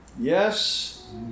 Yes